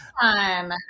fun